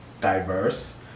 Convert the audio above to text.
diverse